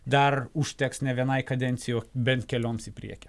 dar užteks ne vienai kadencijai o bent kelioms į priekį